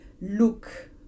look